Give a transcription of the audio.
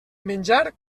menjar